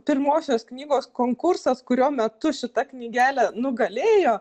pirmosios knygos konkursas kurio metu šita knygelė nugalėjo